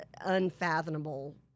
unfathomable